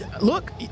Look